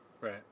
Right